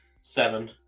Seven